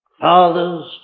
Fathers